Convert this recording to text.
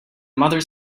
mother